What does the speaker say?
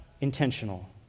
intentional